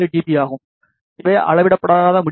பீ ஆகும் இவை அளவிடப்படாத முடிவுகள்